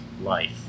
life